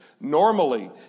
Normally